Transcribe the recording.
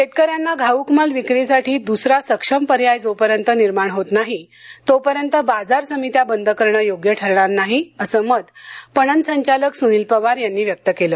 शेतकऱ्यांना घाऊक माल विक्रीसाठी दुसरा सक्षम पर्याय जोपर्यंत निर्माण होत नाही तोपर्यंत बाजार समित्या बंद करणे योग्य ठरणार नाही असं मत पणन संचालक सुनील पवार यांनी व्यक्त केलं